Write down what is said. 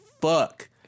fuck